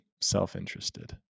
self-interested